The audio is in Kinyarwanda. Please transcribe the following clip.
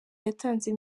yatanze